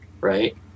right